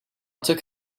took